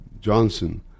Johnson